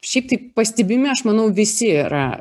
šiaip tai pastebimi aš manau visi yra